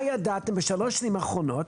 הידעתם שבשלוש השנים האחרונות